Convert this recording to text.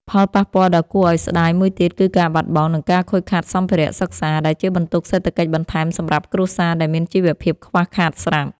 ផលប៉ះពាល់ដ៏គួរឱ្យស្ដាយមួយទៀត គឺការបាត់បង់ និងការខូចខាតសម្ភារៈសិក្សា ដែលជាបន្ទុកសេដ្ឋកិច្ចបន្ថែមសម្រាប់គ្រួសារដែលមានជីវភាពខ្វះខាតស្រាប់។